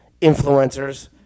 influencers